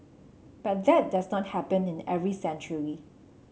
but that does not happen in every century